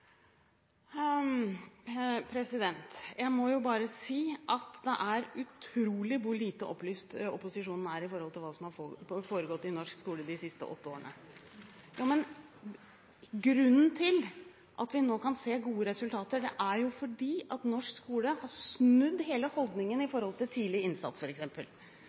Jeg må jo bare si at det er utrolig hvor lite opplyst opposisjonen er med tanke på hva som har foregått i norsk skole de siste åtte årene. Grunnen til at vi nå kan se gode resultater, er at norsk skole har snudd hele holdningen til f.eks. tidlig innsats.